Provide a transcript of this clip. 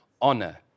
Honor